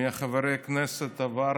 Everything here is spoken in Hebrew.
מחברי הכנסת, עבר